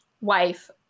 wife